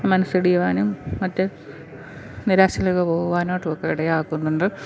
മനസ്സിടിയുവാനും മറ്റു നിരാശയിലേക്കു പോകുവാനുവായിട്ടൊക്കെ ഇടയാക്കുന്നുണ്ട്